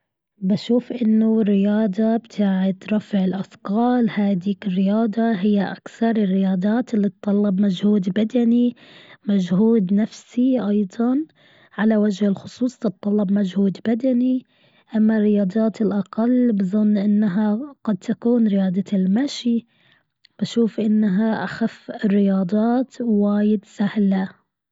بشوف أنه الرياضة بتاعت رفع الأثقال هاديك الرياضة هي أكثر الرياضات اللي تطلب مجهود بدني. مجهود نفسي أيضا. على وجه الخصوص تتطلب مجهود بدني. أما الرياضيات الأقل بظن أنها قد تكون رياضة المشي بشوف أنها أخف الرياضات وايد سهلة.